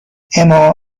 اما